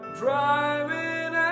driving